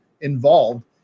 involved